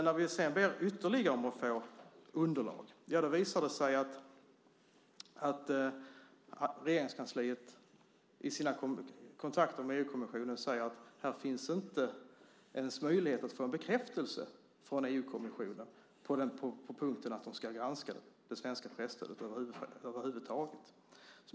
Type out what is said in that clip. När vi ber om att få ytterligare underlag visar det sig att Regeringskansliet i sina kontakter med EU-kommissionen inte ens fått möjlighet att få en bekräftelse från EU-kommissionen på punkten att de ska granska det svenska presstödet.